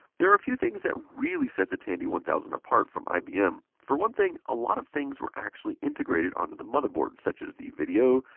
there are a few things that really set the tandy one thousand apart from ibm. for one thing, a lot of things were actually integrated onto the motherboard, such as the video,